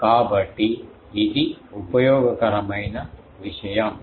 కాబట్టి ఇది ఉపయోగకరమైన విషయం